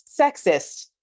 sexist